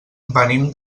venim